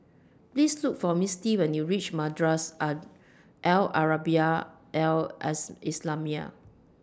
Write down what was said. Please Look For Mistie when YOU REACH Madrasah Are Al Arabiah Al Islamiah